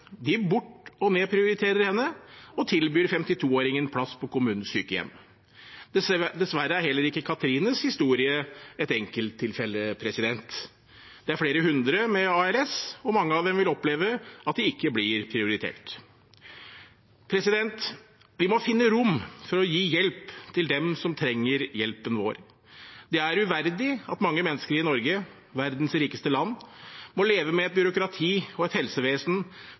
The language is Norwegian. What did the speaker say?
de bort- og nedprioriterer henne, og tilbyr 52-åringen plass på kommunens sykehjem. Dessverre er heller ikke Cathrines historie et enkelttilfelle. Det er flere hundre mennesker med ALS, og mange av dem vil oppleve at de ikke blir prioritert. Vi må finne rom for å gi hjelp til dem som trenger hjelpen vår. Det er uverdig at mange mennesker i Norge, verdens rikeste land, må leve med et byråkrati og et helsevesen